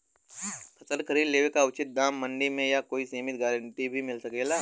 फसल खरीद लेवे क उचित दाम में मंडी या कोई समिति से गारंटी भी मिल सकेला?